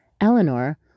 Eleanor